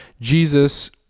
Jesus